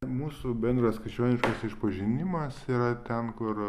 mūsų bendras krikščioniškas išpažinimas yra ten kur